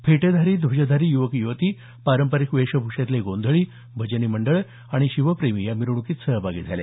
फेटेधारी ध्वजधारी युवक युवती पारंपारिक वेषभुषेतले गोंधळी भजनी मंडळं आणि शिवप्रेमी या मिरवणुकीत सहभागी झाले